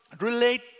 Relate